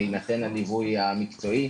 ויינתן הליווי המקצועי.